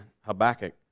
Habakkuk